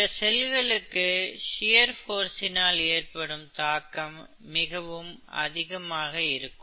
இந்த செல்களுக்கு ஷியர் போர்ஸ்சினால் ஏற்படும் தாக்கம் மிகவும் அதிகமாக இருக்கும்